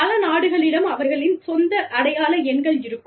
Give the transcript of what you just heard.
பல நாடுகளிடம் அவர்களின் சொந்த அடையாள எண்கள் இருக்கும்